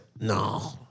No